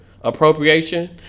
Appropriation